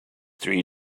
three